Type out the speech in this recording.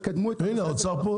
תקדמו את זה --- הנה האוצר פה,